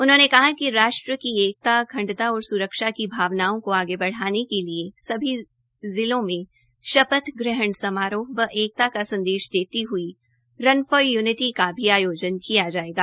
उन्होंने कहा कि राष्ट्र की एकता अखंडता और स्रक्षा की भावनाओं को आगे बढ़ाने के लिए सभी जिलों में शपथ ग्रहण समारोह व एकता का संदेश देती हई रन फॉर यूनिटी का भी आयोजन किया जाएगा